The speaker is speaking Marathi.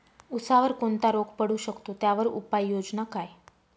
ऊसावर कोणता रोग पडू शकतो, त्यावर उपाययोजना काय?